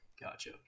gotcha